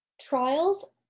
Trials